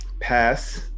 pass